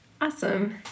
Awesome